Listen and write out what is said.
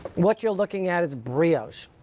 what you're looking at is brioche.